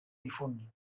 difunt